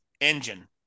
engine